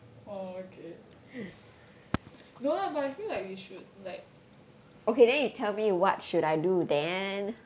orh okay no lah but I feel like we should like